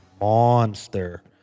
monster